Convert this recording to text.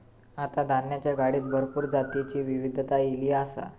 आता धान्याच्या गाडीत भरपूर जातीची विविधता ईली आसा